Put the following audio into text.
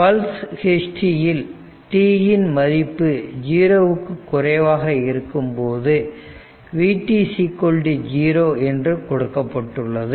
pulse ஹிஸ்டரியில் t இன் மதிப்பு 0 க்கு குறைவாக இருக்கும்போது v0 என்று கொடுக்கப்பட்டுள்ளது